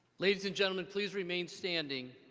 ladies and gentlemen, please remain standing.